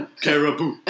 Caribou